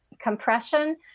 Compression